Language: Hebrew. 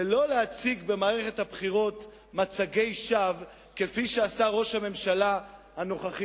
ולא להציג במערכת הבחירות מצגי שווא כפי שעשה ראש הממשלה הנוכחי,